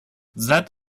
that